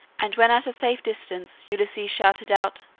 and when at a safe distance ulysses shouted out,